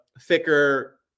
thicker